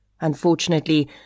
Unfortunately